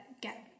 get